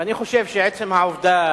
ואני חושב שעצם העובדה,